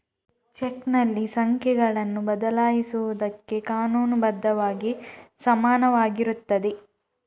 ಚೆಕ್ನಲ್ಲಿ ಸಂಖ್ಯೆಗಳನ್ನು ಬದಲಾಯಿಸುವುದಕ್ಕೆ ಕಾನೂನು ಬದ್ಧವಾಗಿ ಸಮಾನವಾಗಿರುತ್ತದೆ